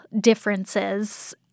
differences